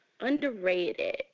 underrated